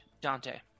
Dante